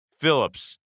Phillips